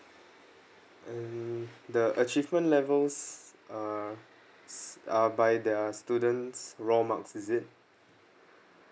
mm the achievement levels are are by their students raw marks is it